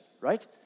right